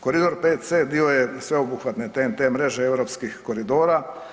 Koridor 5C dio je sveobuhvatne TEN-T mreže europskih koridora.